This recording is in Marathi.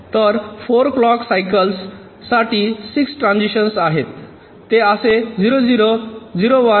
तर 4 क्लॉक सायकल्स साठी 6 ट्रांझिशन्स आहेत ते असे 0 0 0 1